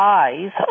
eyes